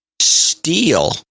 steal